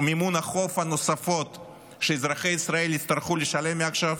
מימון החוב הנוספות שאזרחי ישראל יצטרכו לשלם מעכשיו?